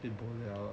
then boliao ah